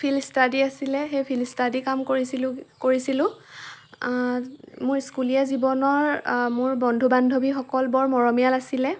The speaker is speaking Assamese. ফিল্ড ষ্টাডি আছিলে সেই ফিল্ড ষ্টাডি কাম কৰিছিলোঁ কৰিছিলোঁ মোৰ স্কুলীয়া জীৱনৰ মোৰ বন্ধু বান্ধৱীসকল বৰ মৰমিয়াল আছিলে